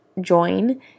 join